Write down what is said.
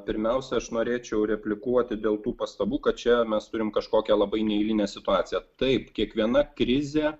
pirmiausia aš norėčiau replikuoti dėl tų pastabų kad čia mes turim kažkokią labai neeilinę situaciją taip kiekviena krizė